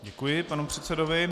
Děkuji panu předsedovi.